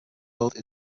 both